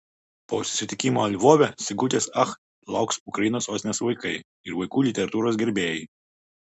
po susitikimo lvove sigutės ach lauks ukrainos sostinės vaikai ir vaikų literatūros gerbėjai